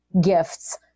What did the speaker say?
gifts